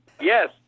Yes